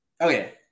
Okay